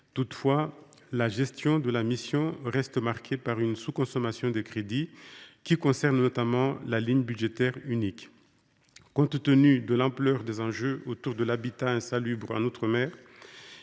Toutefois, la gestion de la mission reste marquée par une sous consommation des crédits, qui concerne notamment la ligne budgétaire unique. Compte tenu de l’ampleur des enjeux relatifs à l’habitat insalubre en outre mer,